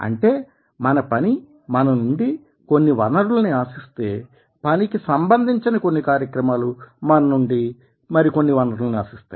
అంటే మన పని మన నుండి కొన్ని వనరులని ఆశిస్తే పనికి సంబంధించని కొన్ని కార్యక్రమాలు మన నుండి మరికొన్ని వనరులని ఆశిస్తాయి